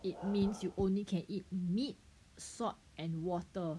it means you only can eat meat salt and water